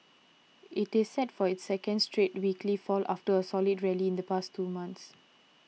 it is set for its second straight weekly fall after a solid rally in the past two months